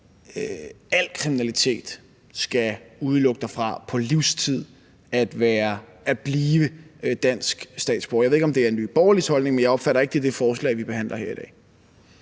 al kriminalitet på livstid skal udelukke dig fra at blive dansk statsborger. Jeg ved ikke, om det er Nye Borgerliges holdning, men jeg opfatter det ikke sådan, at det er det forslag, vi behandler her i dag.